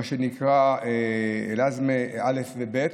מה שנקרא אלעזאזמה א' וב',